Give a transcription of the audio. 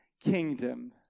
kingdom